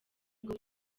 bwo